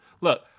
Look